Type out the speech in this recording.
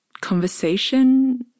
conversation